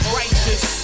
righteous